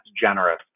generous